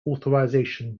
authorisation